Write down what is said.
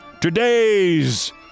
today's